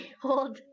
hold